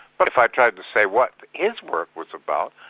but if i tried to say what his work was about,